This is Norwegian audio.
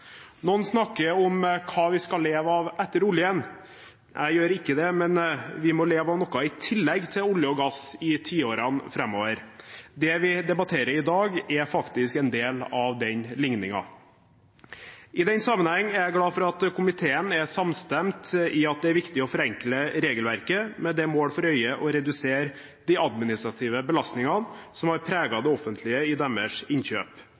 Noen snakker om hva vi skal leve av etter oljen. Jeg gjør ikke det, men vi må leve av noe i tillegg til olje og gass i tiårene framover. Det vi debatterer i dag, er faktisk en del av den ligningen. I den sammenheng er jeg glad for at komiteen er samstemt i at det er viktig å forenkle regelverket med det mål for øye å redusere de administrative belastningene som har preget det offentlige i deres innkjøp.